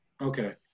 Okay